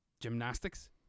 gymnastics